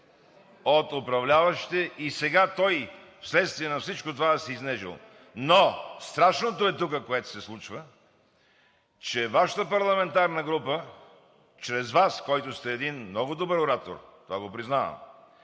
от управляващи и сега той, вследствие на всичко това, да се е изнежил?! Но страшното е тук, което се случва, че Вашата парламентарна група, чрез Вас, която сте един много добър оратор, това го признавам,